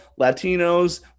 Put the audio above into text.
Latinos